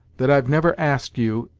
that i've never asked you,